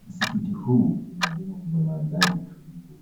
Msikiti huu umejengwa kwenye mandhari tulivu,